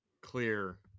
clear